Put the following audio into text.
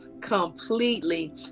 completely